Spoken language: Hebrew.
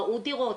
ראו דירות,